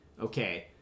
okay